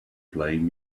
playing